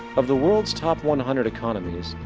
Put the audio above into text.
of the world's top one hundred economies,